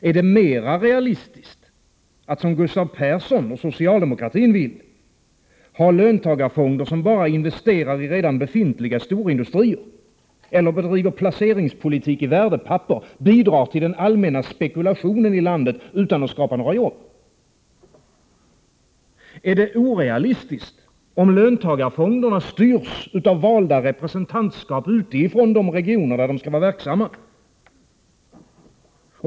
Är det mera realistiskt att, som Gustav Persson och socialdemokratin vill, ha löntagarfonder som bara investerar i redan befintliga storindustrier eller bedriver placeringspolitik i värdepapper, bidrar till den allmänna spekulationen i landet utan att skapa några jobb? Är det orealistiskt om löntagarfonderna styrs av valda representantskap ute ide regioner där de skall vara verksamma?